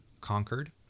conquered